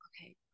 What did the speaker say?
okay